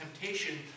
temptation